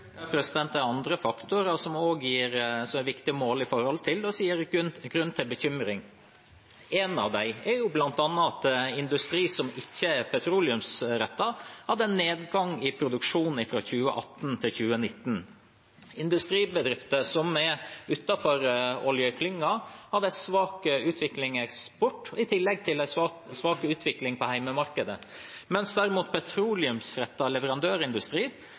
Det er andre faktorer som det også er viktig å måle i forhold til, og som gir grunn til bekymring. En av dem er bl.a. at industri som ikke er petroleumsrettet, hadde en nedgang i produksjonen fra 2018 til 2019. Industribedrifter som er utenfor oljeklynger, hadde en svak utvikling i eksport i tillegg til en svak utvikling på hjemmemarkedet – mens derimot petroleumsrettet leverandørindustri